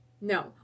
No